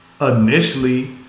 initially